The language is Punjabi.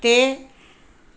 ਤੇ